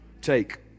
take